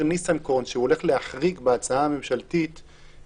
ניסנקורן שהוא הולך להחריג בהצעה הממשלתית,